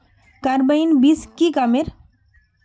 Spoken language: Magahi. कार्बाइन बीस की कमेर?